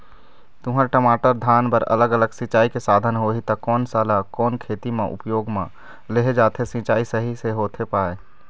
तुंहर, टमाटर, धान बर अलग अलग सिचाई के साधन होही ता कोन सा ला कोन खेती मा उपयोग मा लेहे जाथे, सिचाई सही से होथे पाए?